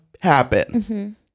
happen